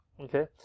okay